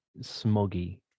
smoggy